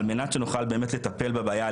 על מנת שנוכל באמת לטפל בבעיה,